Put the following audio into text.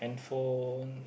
phone